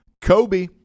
Kobe